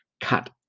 Cut